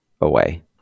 away